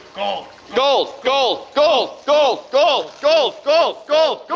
ah gold, gold, gold gold, gold, gold, gold, gold!